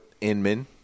Inman